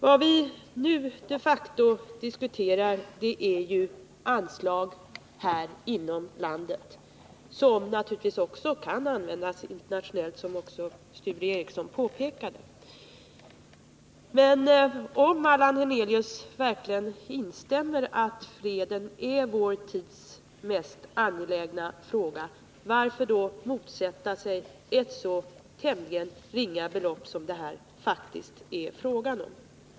Vad vi nu de facto diskuterar är ju anslag inom landet, vilka naturligtvis, som även Sture Ericson påpekade, också kan användas internationellt. Men om Allan Hernelius verkligen instämmer i att freden är vår tids mest angelägna fråga, varför då motsätta sig ett så tämligen ringa belopp som det som det här faktiskt är fråga om?